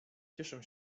cieszę